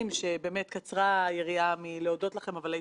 אבל באמת בלעדיה שום דבר לא היה יכול באמת לקרות.